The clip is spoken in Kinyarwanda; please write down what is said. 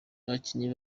bakinnyi